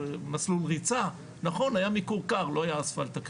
מסלול ריצה, נכון היה מיקור קר לא היה אספלט.